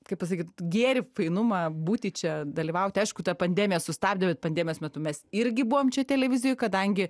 kaip pasakyt gėrį fainumą būti čia dalyvauti aišku ta pandemija sustabdė bet pandemijos metu mes irgi buvom čia televizijoj kadangi